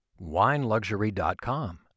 wineluxury.com